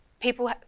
people